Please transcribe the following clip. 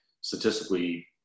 statistically